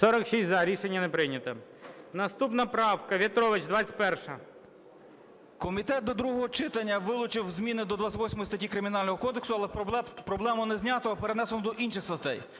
За-46 Рішення не прийнято. Наступна правка, В'ятрович, 21-а. 12:36:20 В’ЯТРОВИЧ В.М. Комітет до другого читання вилучив зміни до 28 статті Кримінального кодексу, але проблему не знято, а перенесено до інших статей.